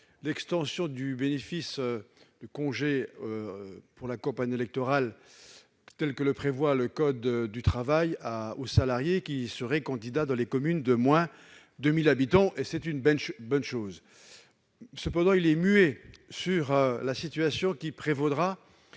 l'extension du bénéfice du congé pour la campagne électorale, tel que le prévoit le code du travail, aux salariés qui seraient candidats dans les communes de moins de 1 000 habitants. C'est une bonne chose. Il est cependant muet sur la situation qui prévaudra